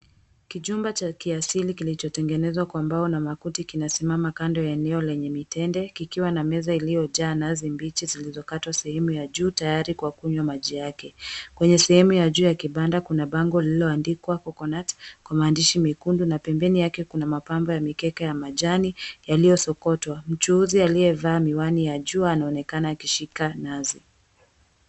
Kijumba cha kiasili kilichotengenezwa kwa mbao na makuti kinasimama kando ya eneo lenye mitende, kikiwa na meza iliyojaa nazi mbichi zilizokatwa sehemu ya juu tayari kwa kunywa maji yake. Kwenye sehemu ya juu ya kibanda kuna bango lililoandikwa, Coconut, kwa maandishi mekundu na pembeni yake kuna mapambo ya mikeka ya majani yaliyosokotwa. Mchuuzi aliyevaa miwani ya jua anaonekana akishika nazi.